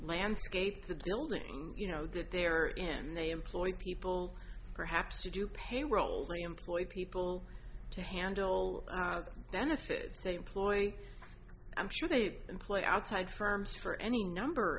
landscape the buildings you know that they're in they employ people perhaps to do payroll re employed people to handle the benefits they employ i'm sure they employ outside firms for any number